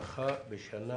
הארכה בשנה,